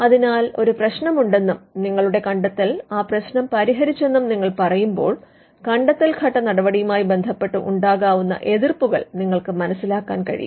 അതിനാൽ ഒരു പ്രശ്നമുണ്ടെന്നും നിങ്ങളുടെ കണ്ടെത്തൽ ആ പ്രശ്നം പരിഹരിച്ചെന്നും നിങ്ങൾ പറയുമ്പോൾ കണ്ടെത്തൽഘട്ട നടപടിയുമായി ബന്ധപ്പെട്ട് ഉണ്ടാകാവുന്ന എതിർപ്പുകൾ നിങ്ങൾക്ക് മനസിലാക്കാൻ കഴിയും